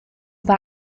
war